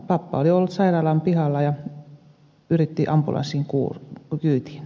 pappa oli ollut sairaalan pihalla ja yritti ambulanssin kyytiin